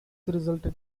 resulted